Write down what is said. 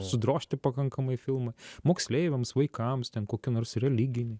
sudrožti pakankamai filmai moksleiviams vaikams ten kokį nors religinį